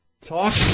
Talk